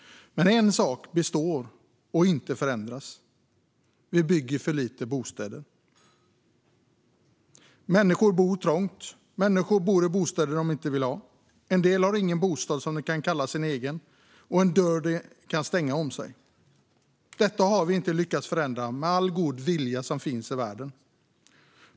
Men en sak består och förändras inte: Vi bygger för lite bostäder. Människor bor trångt. Människor bor i bostäder de inte vill ha. En del har ingen bostad som de kan kalla sin egen eller en dörr de kan stänga om sig. Detta har vi inte lyckats förändra med all god vilja i världen.